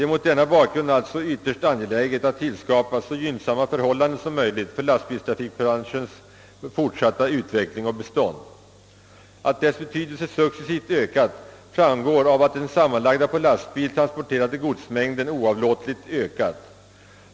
Mot denna bakgrund är det alltså ytterst angeläget att vi får så gynnsamma förhållanden som möjligt för lastbilstrafikbranschens utveckling och fortbestånd, Att dess betydelse successivt ökat framgår av att den sammanlagda på lastbil transporterade godsmängden oavlåtligt ökat.